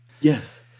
yes